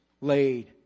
laid